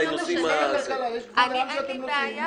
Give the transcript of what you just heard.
משרד הכלכלה, יש גבול לאן אתם הולכים.